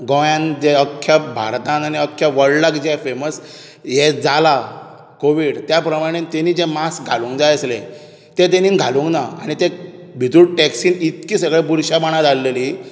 गोंयांत जें अख्ख्या भारतांत आनी अख्ख्या वर्ल्डाक जें फेमस हें जालां कोवीड त्या प्रमाणे ताणी जें मास्क घालूंक जाय आसलें तें ताणी घालूंक ना आनी तें भितूर टॅक्सीन इतले सगळे बुरशेपणां जाल्लीं